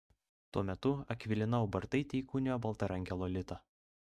tuo metu akvilina ubartaitė įkūnijo baltarankę lolitą